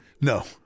No